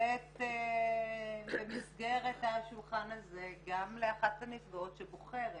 לתת במסגרת השולחן הזה גם לאחת הנפגעות שבוחרת